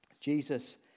Jesus